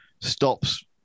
stops